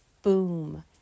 Boom